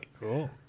Cool